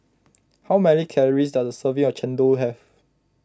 how many calories does a serving of Chendol have